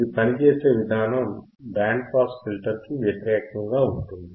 ఇది పనిచేసే విధానం బ్యాండ్ పాస్ ఫిల్టర్ కి వ్యతిరేకముగా ఉంటుంది